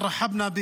את זוכרת את זה?